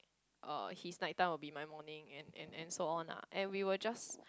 uh his night time would be my morning and and and so on lah and we will just